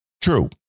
true